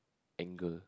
anger